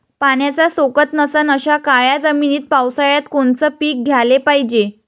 पाण्याचा सोकत नसन अशा काळ्या जमिनीत पावसाळ्यात कोनचं पीक घ्याले पायजे?